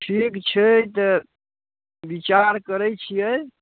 ठीक छै तऽ विचार करैत छियै